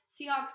Seahawks